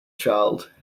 child